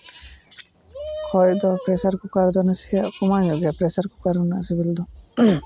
ᱠᱷᱚᱡ ᱫᱚ pressure cooker ᱨᱮᱫᱚ ᱠᱚᱢᱟᱣ ᱧᱚᱜ ᱜᱮᱭᱟ ᱯᱨᱮᱥᱟᱨ ᱠᱩᱠᱟᱨ ᱨᱮᱱᱟᱜ ᱥᱤᱵᱤᱞ ᱫᱚ